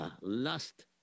lust